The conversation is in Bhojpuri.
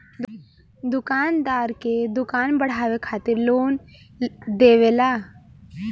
दुकानदार के दुकान बढ़ावे खातिर लोन देवेला